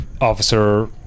officer